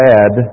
add